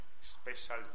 special